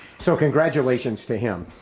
so congratulations to him.